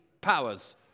powers